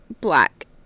black